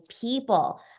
people